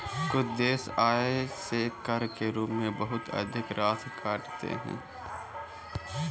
कुछ देश आय से कर के रूप में बहुत अधिक राशि काटते हैं